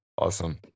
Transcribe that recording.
awesome